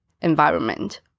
environment